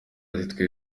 ati